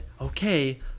Okay